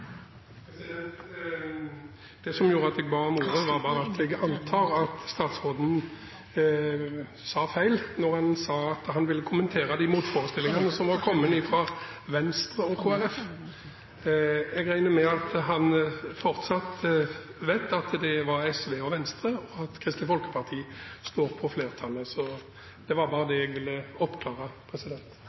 blir replikkordskifte. Det som gjorde at jeg ba om ordet, var at jeg antar at statsråden sa feil. Han sa at han ville kommentere de motforestillingene som var kommet fra Venstre og Kristelig Folkeparti. Jeg regner med at han fortsatt vet at det var SV og Venstre, og at Kristelig Folkeparti er med i flertallet. – Det var bare det jeg ville oppklare.